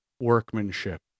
workmanship